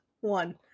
One